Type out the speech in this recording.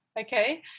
Okay